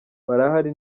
barahari